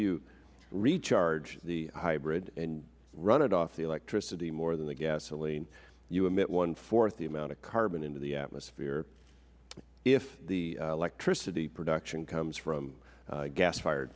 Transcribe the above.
you recharge the hybrid and run it off the electricity more than the gasoline you emit one fourth the amount of carbon into the atmosphere if the electricity production comes from gas fired